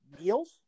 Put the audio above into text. meals